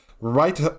right